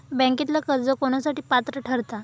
बँकेतला कर्ज कोणासाठी पात्र ठरता?